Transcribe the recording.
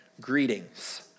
greetings